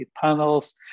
panels